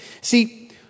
See